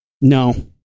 No